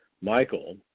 Michael